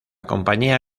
compañía